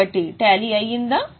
కాబట్టి అది సమం అయ్యిందా